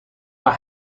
are